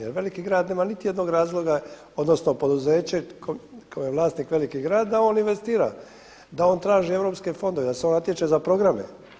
Jer veliki grad nema niti jednog razloga, odnosno poduzeće koje je vlasnik veliki grad da on investira, da on traži europske fondove, da se on natječe za programe.